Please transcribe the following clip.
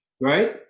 right